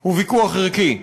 הוא ויכוח ערכי.